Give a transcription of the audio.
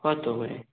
কত করে